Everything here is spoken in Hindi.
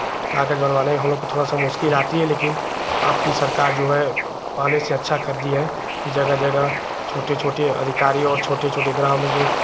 कागज बनवाने में हमलोग को थोड़ी सी मुश्किल आती है लेकिन अब की सरकार जो है पहले से अच्छा कर दी है जगह जगह छोटे छोटे अधिकारी और छोटे छोटे गाँव में जो